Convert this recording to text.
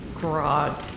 grog